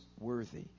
worthy